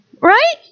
Right